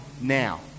now